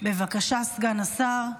בבקשה, סגן השר.